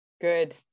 good